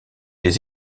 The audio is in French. des